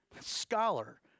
Scholar